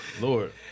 Lord